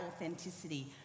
authenticity